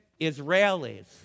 Israelis